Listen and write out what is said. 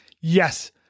yes